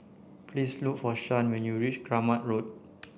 please look for Shan when you reach Kramat Road